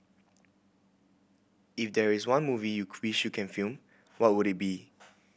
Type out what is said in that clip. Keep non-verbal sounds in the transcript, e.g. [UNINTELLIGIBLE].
if there is one movie you [UNINTELLIGIBLE] wished you can film what would it be